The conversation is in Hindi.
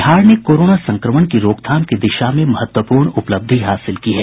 बिहार ने कोरोना संक्रमण की रोकथाम की दिशा में महत्वपूर्ण उपलब्धि हासिल की है